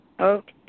okay